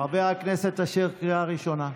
חבר הכנסת אשר, קריאה ראשונה.